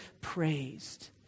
praised